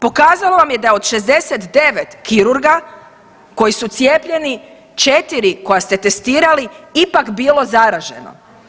Pokazalo vam je da je od 69 kirurga koji su cijepljeni 4 koja ste testirali ipak bilo zaraženo.